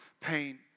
pain